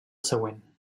següent